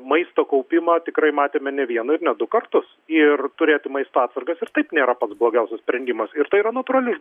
maisto kaupimą tikrai matėme ne vieną ir ne du kartus ir turėti maisto atsargas ir taip nėra pats blogiausias sprendimas ir tai yra natūrali